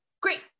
great